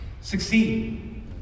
succeed